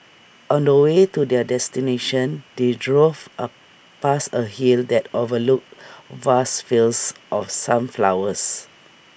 on the way to their destination they drove A past A hill that overlooked vast fields of sunflowers